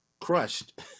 crushed